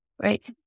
right